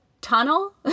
tunnel